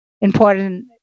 important